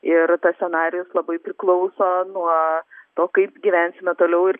ir tas scenarijus labai priklauso nuo to kaip gyvensime toliau ir